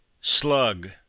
Slug